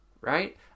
right